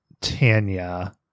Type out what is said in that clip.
Tanya